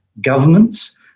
governments